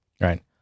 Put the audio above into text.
right